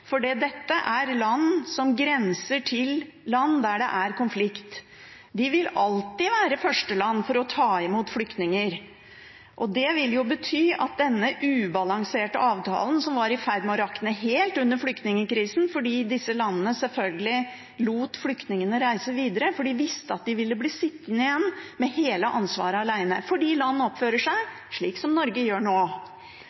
dette er land som grenser til land der det er konflikt. De vil alltid være førsteland til å ta imot flyktninger. Denne ubalanserte avtalen var i ferd med å rakne helt under flyktningkrisen fordi disse landene selvfølgelig lot flyktningene reise videre – de visste at de ellers ville bli sittende igjen med hele ansvaret alene fordi land oppfører seg